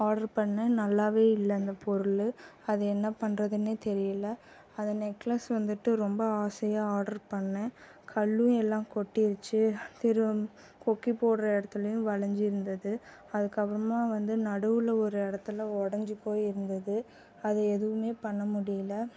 order பண்ணேன் நல்லாவே இல்லை அந்த பொருள் அதை என்ன பண்ணுறதுனே தெரியல அதை நெக்லஸ் வந்துட்டு ரொம்ப ஆசையாக ஆர்ட்ரு பண்ணினேன் கல்லும் எல்லா கொட்டிருச்சு கொக்கி போடுற இடத்துலயும் வளைந்து இருந்தது அதுக்கு அப்புறமாக வந்து நடுவில் ஒரு இடத்துல உடைஞ்சி போய் இருந்தது அது எதுவும் பண்ண முடியல